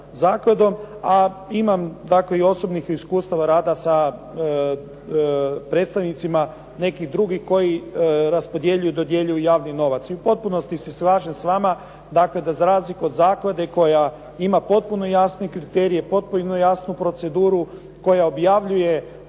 i osobnih iskustava rada sa predstavnicima nekih drugi koji raspodjeljuju, dodjeljuju javni novac. I u potpunosti se slažem sa vama, dakle, da za razliku od zaklade koja ima potpuno jasne kriterije, potpuno jasnu proceduru, koja objavljuje